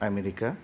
America